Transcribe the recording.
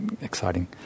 exciting